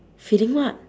feeding what